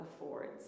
affords